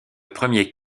premier